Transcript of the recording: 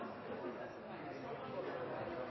press om å